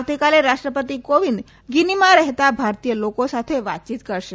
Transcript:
આવતીકાલે રાષ્ટ્રપતિ ક્રોવિંદ ગીનીમાં રહેતા ભારતીય લોકો સાથે વાતચીત કરશે